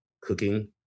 cooking